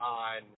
on